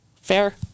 Fair